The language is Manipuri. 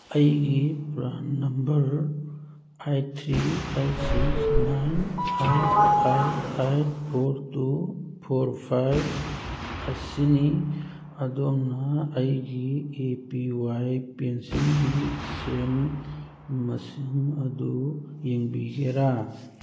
ꯑꯩꯒꯤ phone number eight three eight six nine eight eight eight four two four five ꯑꯁꯤꯅꯤ ꯑꯗꯣꯝꯅ ꯑꯩꯒꯤ ꯑꯦ ꯄꯤ ꯋꯥꯏ ꯄꯦꯟꯁꯤꯟꯒꯤ ꯁꯦꯜ ꯃꯁꯤꯡ ꯑꯗꯨ ꯌꯦꯡꯕꯤꯒꯦꯔ